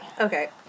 Okay